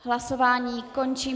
Hlasování končím.